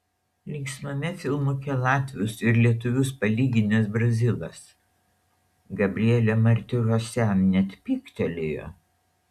linksmame filmuke latvius ir lietuvius palyginęs brazilas gabrielė martirosian net pyktelėjo